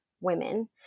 women